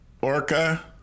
orca